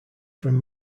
from